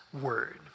word